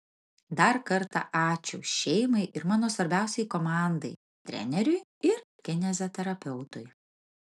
dar kartą ačiū šeimai ir mano svarbiausiai komandai treneriui ir kineziterapeutui